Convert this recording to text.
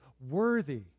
worthy